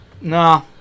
Nah